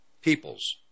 peoples